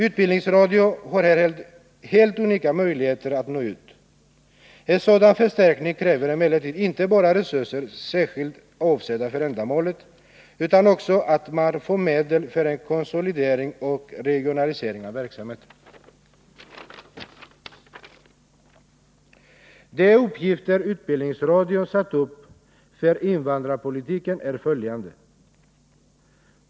Utbildningsradion har här helt unika möjligheter att nå ut till invandrarna. En sådan förstärkning kräver emellertid inte bara resurser särskilt avsedda för ändamålet, utan också att man får medel för en konsolidering och regionalisering av verksamheten. De uppgifter utbildningsradion satt upp för invandrarpolitiken är följan Nr 102 de: Torsdagen den 1.